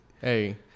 Hey